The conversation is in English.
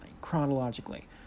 chronologically